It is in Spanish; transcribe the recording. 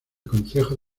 concejo